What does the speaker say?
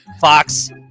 Fox